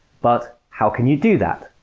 but, how can you do that?